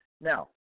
Now